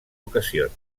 ocasions